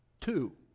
Two